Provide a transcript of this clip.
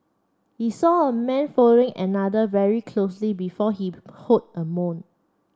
he saw a man following another very closely before he heard a moan